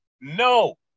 No